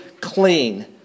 clean